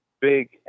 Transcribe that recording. big